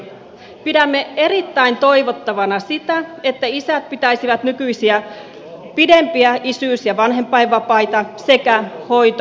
pidämme erittäin toivottavana sitä että isät pitäisivät nykyistä pidempiä isyys ja vanhempainvapaita sekä hoitovapaata